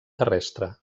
terrestre